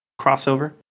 crossover